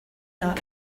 not